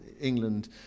England